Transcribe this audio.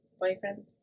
boyfriend